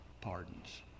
pardons